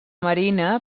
marina